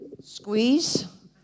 Squeeze